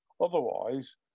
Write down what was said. Otherwise